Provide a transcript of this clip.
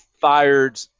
fired